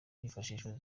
hifashishijwe